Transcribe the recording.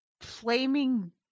flaming